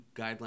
guidelines